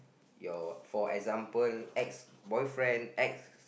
your for example ex boyfriend ex